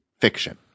fiction